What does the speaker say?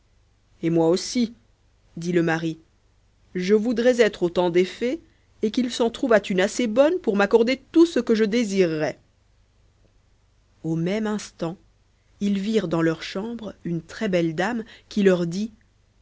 et moi aussi dit le mari je voudrais être au temps des fées et qu'il s'en trouvât une assez bonne pour m'accorder tout ce que je voudrais dans le même temps ils virent dans leur chambre une très belle dame qui leur dit